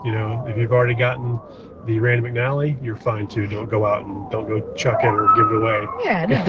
you know if you've already gotten the rand mcnally, you're fine too. don't go out and don't go chuck it or give it away. yeah, no.